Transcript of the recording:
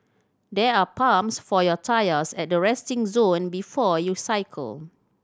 there are pumps for your tyres at the resting zone before you cycle